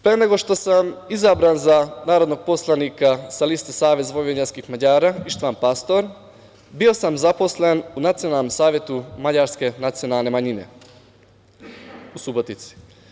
Pre nego što sam izabran za narodnog poslanika sa liste Savez vojvođanskih Mađara – Ištvan Pastor, bio sam zaposlen u Nacionalnom savetu mađarske nacionalne manjine u Subotici.